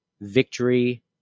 victory